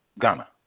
ghana